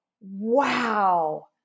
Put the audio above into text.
Wow